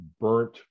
burnt